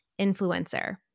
influencer